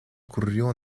ocurrió